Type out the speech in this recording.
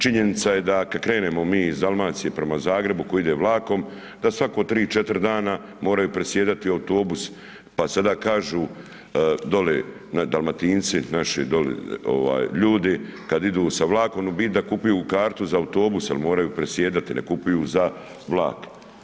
Činjenica je da kada krenemo iz Dalmacije prema Zagrebu tko ide vlakom, da svako 3-4 dana moraju presjedati autobus, pa sad kažu, dole Dalmatinci, naši, dole, ovaj ljudi, kada idu sa vlakom, u biti da kupuju kartu za autobus, jer moraju presjedati, ne kupuju za vlak.